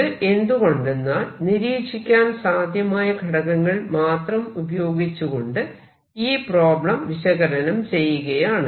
ഇത് എന്തുകൊണ്ടെന്നാൽ നിരീക്ഷിക്കാൻ സാധ്യമായ ഘടകങ്ങൾ മാത്രം ഉപയോഗിച്ചുകൊണ്ട് ഈ പ്രോബ്ലം വിശകലനം ചെയ്യുകയാണ്